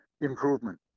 Improvement